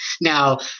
now